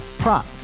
prop